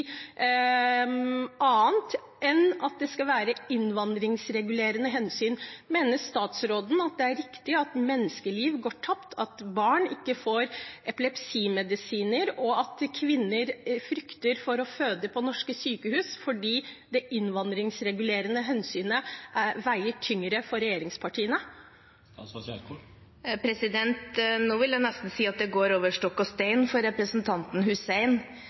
annet – annet enn at det skal være innvandringsregulerende hensyn. Mener statsråden det er riktig at menneskeliv går tapt, at barn ikke får epilepsimedisiner, og at kvinner frykter for å føde på norske sykehus fordi innvandringsregulerende hensyn veier tyngre for regjeringspartiene? Nå vil jeg nesten si at det går over stokk og stein for representanten Hussein.